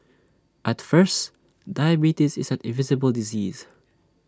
at first diabetes is an invisible disease